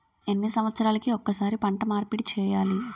ఎన్ని సంవత్సరాలకి ఒక్కసారి పంట మార్పిడి చేయాలి?